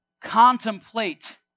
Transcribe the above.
contemplate